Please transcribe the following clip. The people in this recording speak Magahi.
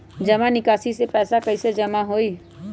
जमा निकासी से पैसा कईसे कमाई होई?